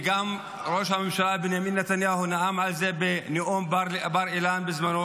וגם ראש הממשלה בנימין נתניהו נאם על זה בנאום בר אילן בזמנו,